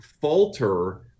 falter